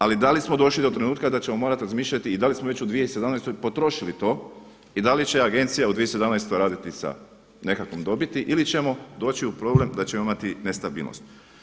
Ali da li smo došli do trenutka da ćemo morati razmišljati i da li smo već u 2017. potrošili to i da li će agencija u 2017. raditi sa nekakvom dobiti ili ćemo doći u problem da ćemo imati nestabilnost?